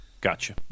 Gotcha